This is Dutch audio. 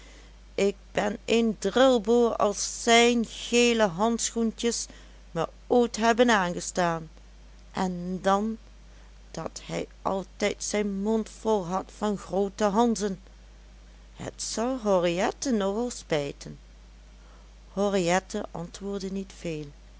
ik ben een drilboor als zijn gele handschoentjes me ooit hebben aangestaan en dan dat hij altijd zijn mond vol had van groote hanzen het zal henriette nogal spijten henriette antwoordde niet veel